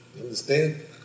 understand